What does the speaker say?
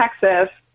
Texas